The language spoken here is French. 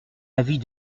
avis